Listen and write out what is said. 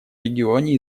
регионе